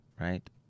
right